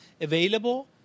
available